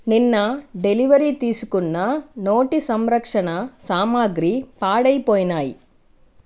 నిన్న డెలివరీ తీసుకున్న నోటి సంరక్షణ సామాగ్రి పాడైపోయినాయి